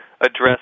address